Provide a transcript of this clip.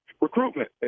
recruitment